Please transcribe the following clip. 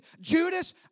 Judas